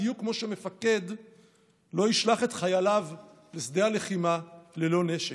בדיוק כמו שמפקד לא ישלח את חייליו לשדה הלחימה ללא נשק.